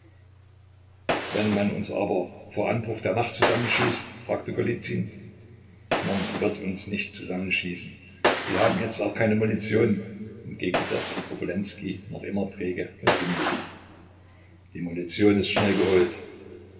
wenn man uns aber vor anbruch der nacht zusammenschießt fragte golizyn man wird uns nicht zusammenschießen sie haben jetzt auch keine munition entgegnete obolenskij noch immer träge und unwillig die munition ist schnell geholt